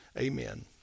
amen